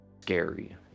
scary